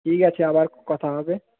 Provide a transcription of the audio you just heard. ঠিক আছে আবার কথা হবে